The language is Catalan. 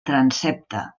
transsepte